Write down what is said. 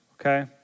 Okay